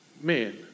man